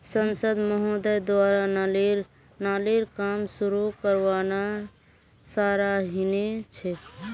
सांसद महोदय द्वारा नालीर काम शुरू करवाना सराहनीय छ